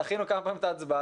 דחינו כמה פעמים את ההצבעה.